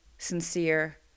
sincere